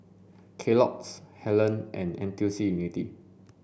Kellogg's Helen and NTUC Unity